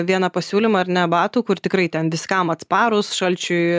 vieną pasiūlymą ar ne batų kur tikrai ten viskam atsparūs šalčiui